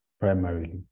primarily